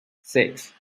six